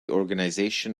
organisation